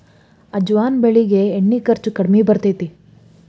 ಅಜವಾನ ಬೆಳಿಗೆ ಎಣ್ಣಿ ಖರ್ಚು ಕಡ್ಮಿ ಬರ್ತೈತಿ